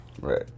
Right